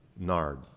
Nard